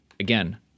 Again